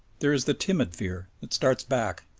there is the timid fear that starts back,